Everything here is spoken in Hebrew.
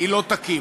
היא לא תקים.